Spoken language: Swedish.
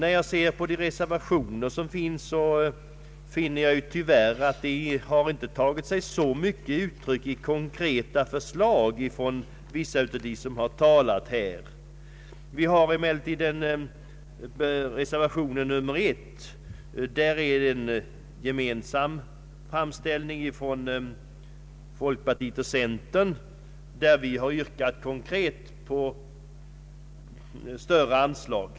De föreliggande reservationerna har tyvärr inte så mycket lett till konkreta förslag från vissa av dem som talat här. Vi har emellertid reservationen 1, som är en gemensam framställning från folkpartiet och centern. Där yrkar vi konkret på större anslag.